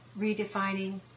Redefining